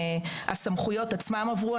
שהסמכויות עצמן עברו,